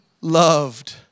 loved